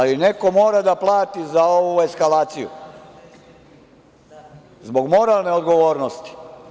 Neko mora da plati za ovu eskalaciju zbog moralne odgovornosti.